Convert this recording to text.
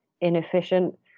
inefficient